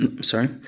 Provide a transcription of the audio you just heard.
sorry